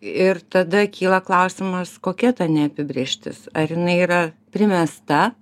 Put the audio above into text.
ir tada kyla klausimas kokia ta neapibrėžtis ar jinai yra primesta